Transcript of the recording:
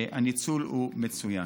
הניצול הוא מצוין.